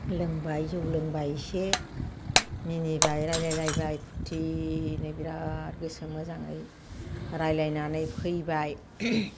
लोंबाय जौ लोंबाय एसे मिनिबाय रायलायलायबाय फुरथिनो बिराद गोसो मोजाङै रायलायनानै फैबाय